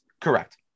Correct